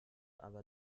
aber